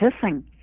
kissing